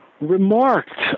remarked